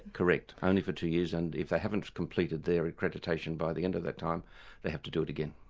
correct, only for two years and if they haven't completed their accreditation by the end of that time they have to do it again.